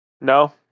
No